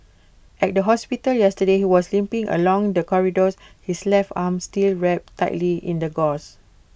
at the hospital yesterday he was limping along the corridors his left arm still wrapped tightly in the gauze